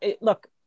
look